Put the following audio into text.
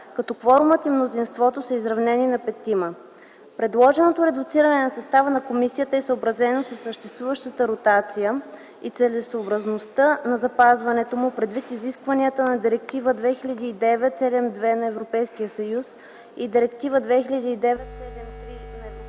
като кворумът и мнозинството са изравнени на петима. Предложеното редуциране на състава на комисията е съобразено със съществуващата ротация и целесъобразността на запазването му предвид изискванията на Директива 2009/72 на Европейския съюз и Директива 2009/73 на Европейския съюз.